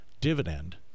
dividend